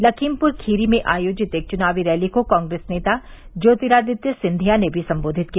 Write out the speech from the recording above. लखीमपुर खीरी में आयोजित एक चुनावी रैली को कांग्रेस नेता ज्योतिरादित्य सिंधिया ने भी संबोधित किया